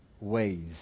ways